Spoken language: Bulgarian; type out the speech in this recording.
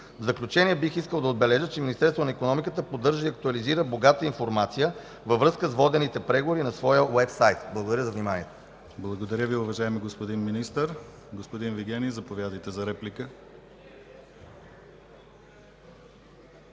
В заключение бих искал да отбележа, че Министерството на икономиката поддържа и актуализира богата информация във връзка с водените преговори на своя уебсайт. Благодаря за вниманието. ПРЕДСЕДАТЕЛ ДИМИТЪР ГЛАВЧЕВ: Благодаря Ви, уважаеми господин Министър. Господин Вигенин, заповядайте за реплика.